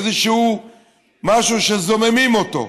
איזשהו משהו שזוממים אותו.